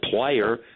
player